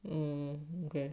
I'm okay